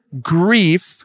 grief